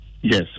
Yes